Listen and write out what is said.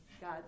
God